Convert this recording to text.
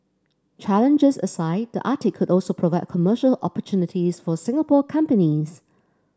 challenges aside the Arctic could also provide commercial opportunities for Singapore companies